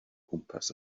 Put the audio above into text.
gwmpas